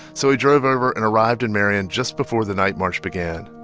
so he drove over and arrived in marion just before the night march began.